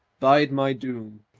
bide my doom.